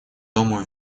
дому